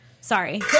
Sorry